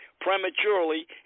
prematurely